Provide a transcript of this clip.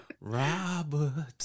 Robert